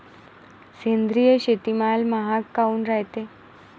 सेंद्रिय शेतीमाल महाग काऊन रायते?